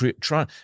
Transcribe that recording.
try